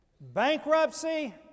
Bankruptcy